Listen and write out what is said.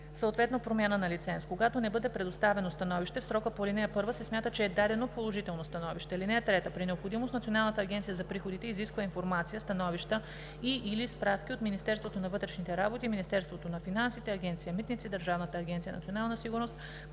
съответно промяна на лиценз. Когато не бъде предоставено становище в срока по ал. 1, се смята, че е дадено положително становище. (3) При необходимост Националната агенция за приходите изисква информация, становища и/или справки от Министерството на вътрешните работи, Министерството на финансите, Агенция „Митници“, Държавната агенция „Национална сигурност“